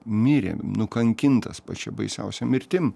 mirė nukankintas pačia baisiausia mirtim